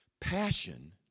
Passion